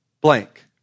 blank